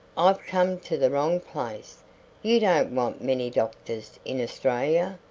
i've come to the wrong place you don't want many doctors in australia.